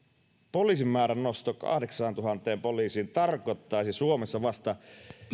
poliisin määrän nosto kahdeksaantuhanteen poliisiin tarkoittaisi suomessa vasta